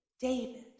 David